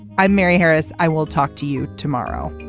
i'm mary harris. i will talk to you tomorrow